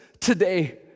today